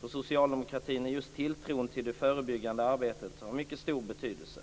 För socialdemokratin är just tilltron till det förebyggande arbetet av mycket stor betydelse.